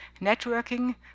networking